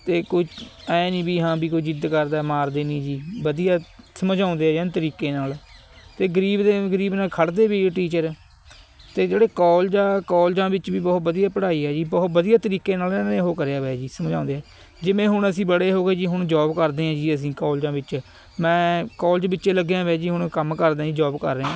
ਅਤੇ ਕੁ ਐਂ ਨਹੀਂ ਵੀ ਹਾਂ ਵੀ ਕੋਈ ਜ਼ਿੱਦ ਕਰਦਾ ਮਾਰਦੇ ਨਹੀਂ ਜੀ ਵਧੀਆ ਸਮਝਾਉਂਦੇ ਐਨ ਤਰੀਕੇ ਨਾਲ ਅਤੇ ਗਰੀਬ ਦੇ ਗਰੀਬ ਨਾਲ ਖੜ੍ਹਦੇ ਵੀ ਟੀਚਰ ਅਤੇ ਜਿਹੜੇ ਕੋਲਜ ਆ ਕੋਲਜਾਂ ਵਿੱਚ ਵੀ ਬਹੁਤ ਵਧੀਆ ਪੜ੍ਹਾਈ ਆ ਜੀ ਬਹੁਤ ਵਧੀਆ ਤਰੀਕੇ ਨਾਲ ਇਹਨਾਂ ਨੇ ਉਹ ਕਰਿਆ ਹੋਇਆ ਜੀ ਸਮਝਾਉਂਦੇ ਆ ਜਿਵੇਂ ਹੁਣ ਅਸੀਂ ਬੜੇ ਹੋ ਗਏ ਜੀ ਹੁਣ ਜੋਬ ਕਰਦੇ ਹਾਂ ਜੀ ਅਸੀਂ ਕੋਲਜਾਂ ਵਿੱਚ ਮੈਂ ਕੋਲਜ ਵਿੱਚ ਲੱਗਿਆ ਹੋਇਆ ਜੀ ਹੁਣ ਕੰਮ ਕਰਦਾ ਜੀ ਜੋਬ ਕਰ ਰਿਹਾ